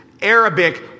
Arabic